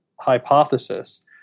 hypothesis